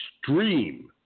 extreme